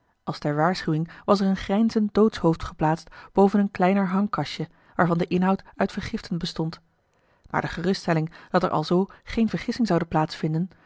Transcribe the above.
als ter waarschuwing was er een grijnzend doodshoofd geplaatst boven een kleiner hangkastje waarvan de inhoud uit vergiften bestond maar de geruststelling dat er alzoo geene vergissing zoude